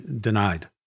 denied